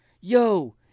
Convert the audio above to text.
yo